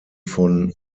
von